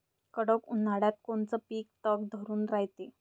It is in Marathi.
कडक उन्हाळ्यात कोनचं पिकं तग धरून रायते?